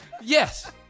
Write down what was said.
Yes